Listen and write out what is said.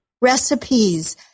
recipes